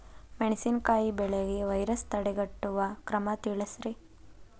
ಮೆಣಸಿನಕಾಯಿ ಬೆಳೆಗೆ ವೈರಸ್ ತಡೆಗಟ್ಟುವ ಕ್ರಮ ತಿಳಸ್ರಿ